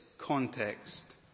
context